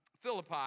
Philippi